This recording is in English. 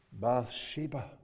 Bathsheba